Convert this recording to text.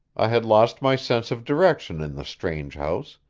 i had lost my sense of direction in the strange house,